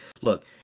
look